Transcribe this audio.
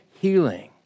healing